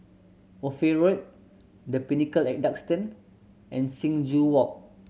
Ophir Road The Pinnacle at Duxton and Sing Joo Walk